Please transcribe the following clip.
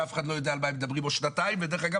ואף אחד לא יודע על מה שהם מדברים ודרך אגב,